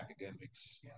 academics